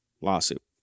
lawsuit